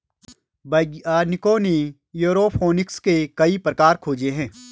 वैज्ञानिकों ने एयरोफोनिक्स के कई प्रकार खोजे हैं